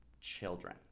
children